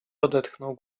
odetchnął